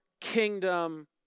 kingdom